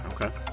Okay